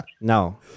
No